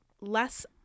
less